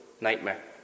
nightmare